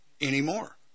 anymore